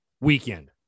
weekend